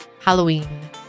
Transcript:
halloween